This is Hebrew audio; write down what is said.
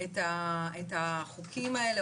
את החוקים האלה,